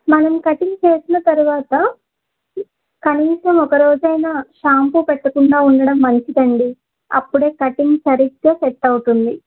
మనం కటింగ్ చేసిన తర్వాత కనీసం ఒక రోజు అయిన షాంపూ పెట్టకుండా ఉండడం మంచిది అండి అప్పుడే కటింగ్ సరిగ్గా సెట్ అవుతుంది